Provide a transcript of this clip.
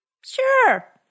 Sure